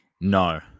no